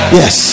yes